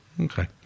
Okay